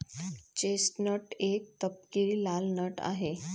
chestnut एक तपकिरी लाल नट आहे